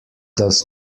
does